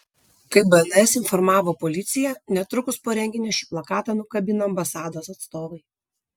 kaip bns informavo policija netrukus po renginio šį plakatą nukabino ambasados atstovai